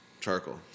Charcoal